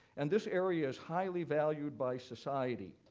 and this area is highly valued by society.